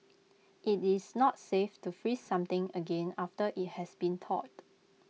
IT is not safe to freeze something again after IT has been thawed